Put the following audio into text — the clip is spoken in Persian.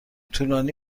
طولانی